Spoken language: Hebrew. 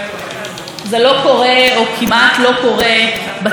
כשמנסים לחשוב מה גורם לאדם,